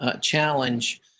challenge